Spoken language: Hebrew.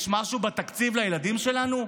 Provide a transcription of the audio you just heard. יש משהו בתקציב לילדים שלנו?